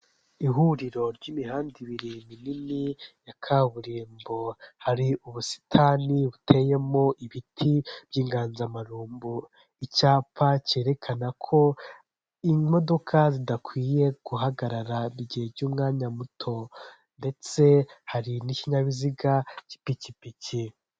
Ihuriro ry'imihanda ibiri minini ya kaburimbo hari ubusitani buteyemo ibiti by'inganzamarumbo, icyapa cyerekana ko imodoka zidakwiye guhagarara igihe cy'umwanya muto ndetse hari n'ikinyabiziga cy'ipikipiki.